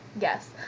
Yes